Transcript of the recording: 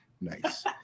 Nice